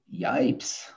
yipes